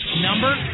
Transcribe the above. number